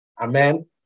Amen